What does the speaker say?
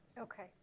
Okay